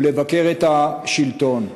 הוא לבקר את השלטון.